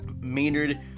Maynard